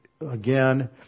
again